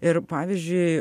ir pavyzdžiui